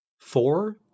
Four